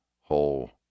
whole